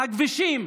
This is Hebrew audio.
הכבישים,